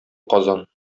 казан